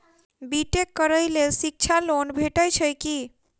B tech करै लेल शिक्षा लोन भेटय छै की?